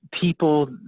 people